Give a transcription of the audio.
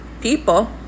people